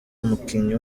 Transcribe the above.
umukinnyi